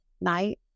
night